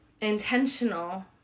intentional